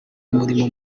umurimo